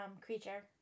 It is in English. Creature